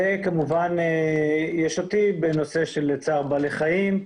וכמובן יש אותי בנושא צער בעלי חיים.